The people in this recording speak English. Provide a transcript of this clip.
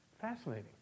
Fascinating